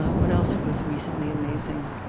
what else was recently amazing?